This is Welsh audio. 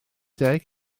deg